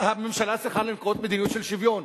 שהממשלה תנקוט מדיניות של שוויון.